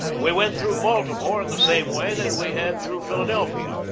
we went through baltimore in the same way that we had through philadelphia,